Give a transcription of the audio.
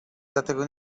dlatego